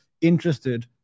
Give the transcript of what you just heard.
interested